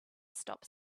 stop